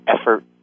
effort